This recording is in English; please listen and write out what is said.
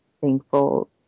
thankful